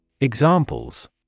Examples